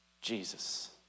Jesus